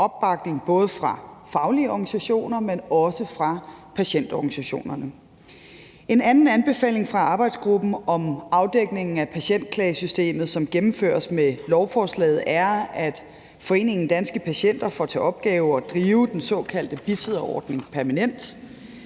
både faglige organisationer, men også fra patientorganisationerne. En anden anbefaling fra arbejdsgruppen om afdækningen af patientklagesystemet, som gennemføres med lovforslaget, er, at foreningen Danske Patienter får til opgave at drive den såkaldte bisidderordning permanent.